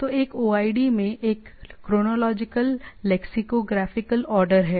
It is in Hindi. तो एक OID में एक क्रोनोलॉजिकल लैक्सिकोग्राफिकल ऑर्डर है